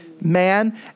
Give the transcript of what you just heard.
man